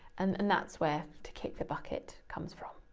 and and that's where to kick the bucket comes from.